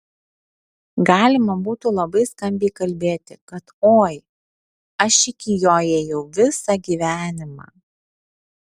galima būtų labai skambiai kalbėti kad oi aš iki jo ėjau visą gyvenimą